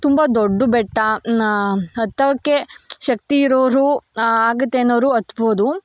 ತುಂಬ ದೊಡ್ಡ ಬೆಟ್ಟ ಹತ್ತೋಕೆ ಶಕ್ತಿ ಇರೋರು ಆಗುತ್ತೆ ಅನ್ನೋರು ಹತ್ಬೋದು